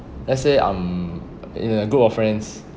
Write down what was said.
let's say I'm in a group of friends